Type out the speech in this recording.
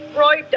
roy